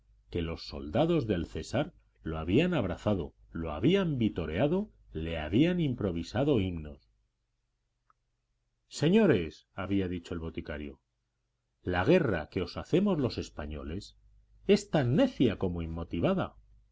que los soldados del césar lo habían abrazado lo habían vitoreado le habían improvisado himnos señores había dicho el boticario la guerra que os hacemos los españoles es tan necia como inmotivada